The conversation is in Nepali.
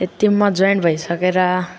त्यो टिममा जोइन भइसकेर